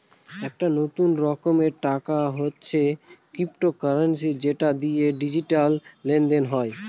এক নতুন রকমের টাকা হচ্ছে ক্রিপ্টোকারেন্সি যেটা দিয়ে ডিজিটাল লেনদেন হয়